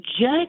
judge